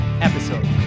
episode